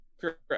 Correct